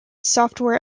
software